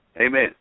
Amen